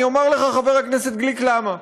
אני אומר לך, חבר הכנסת גליק, למה.